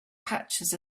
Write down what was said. patches